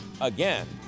again